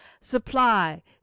supply